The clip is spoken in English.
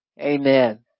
Amen